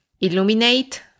Illuminate